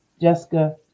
Jessica